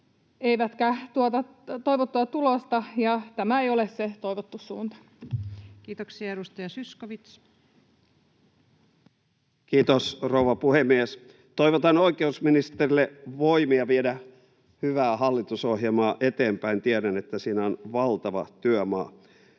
eivätkä tuota toivottua tulosta, ja tämä ei ole se toivottu suunta. Kiitoksia. — Edustaja Zyskowicz. Kiitos, rouva puhemies! Toivotan oikeusministerille voimia viedä hyvää hallitusohjelmaa eteenpäin. Tiedän, että siinä on valtava työmaa.